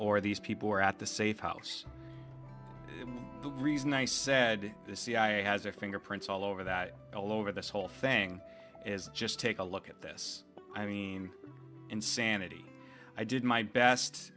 or these people were at the safe house reason i said the cia has their fingerprints all over that all over this whole thing is just take a look at this i mean insanity i did my best